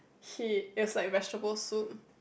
he is like vegetable soup